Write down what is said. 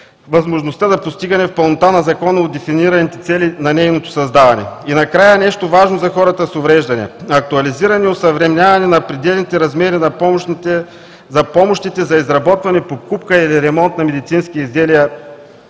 възможността за постигане в пълнота на законово дефинираните цели на нейното създаване. И накрая нещо важно за хората с увреждания – актуализиране и осъвременяване на пределните размери на помощите за изработване, покупка или ремонт на медицински изделия